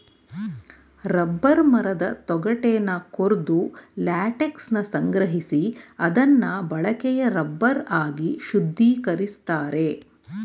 rubber ಮರದ ತೊಗಟೆನ ಕೊರ್ದು ಲ್ಯಾಟೆಕ್ಸನ ಸಂಗ್ರಹಿಸಿ ಅದ್ನ ಬಳಕೆಯ ರಬ್ಬರ್ ಆಗಿ ಶುದ್ಧೀಕರಿಸ್ತಾರೆ